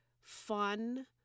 fun